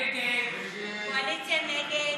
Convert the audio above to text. ההסתייגות (24)